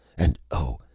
and oh,